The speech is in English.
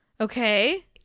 Okay